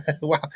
Wow